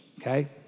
Okay